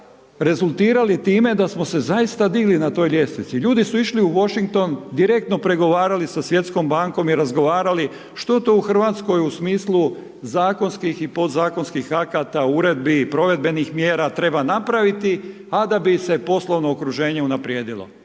nama rezultirali time da smo se zaista digli na toj ljestvici. Ljudi su išli u Washington, direktno pregovarali sa Svjetskom bankom i razgovarali što to u Hrvatskoj u smislu zakonskih i podzakonskih akata, uredbi i provedbenih mjera treba napraviti a da bi se poslovno okruženje unaprijedilo.